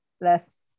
less